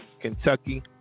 Kentucky